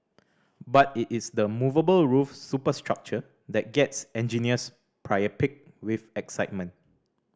but it is the movable roof superstructure that gets engineers priapic with excitement